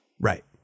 Right